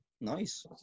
nice